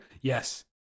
yes